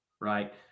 right